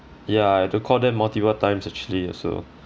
ya I had to call them multiple times actually also